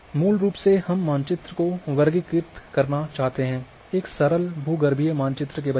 मूल रूप से हम मानचित्र को वर्गीकृत करना चाहते हैं एक सरल भूगर्भीय मानचित्र के बजाय